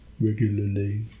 regularly